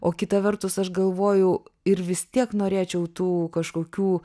o kita vertus aš galvoju ir vis tiek norėčiau tų kažkokių